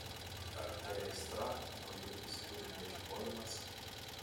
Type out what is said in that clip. ar tai aistra naujų įspūdžių ieškojimas